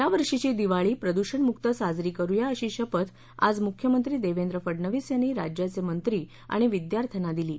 यावर्षीची दिवाळी प्रद्षणमुक्त साजरी करुया अशी शपथ आज मुख्यमंत्री देवेंद्र फडनवीस यांनी राज्याचे मंत्री आणि विद्यार्थ्यांना दिली आहे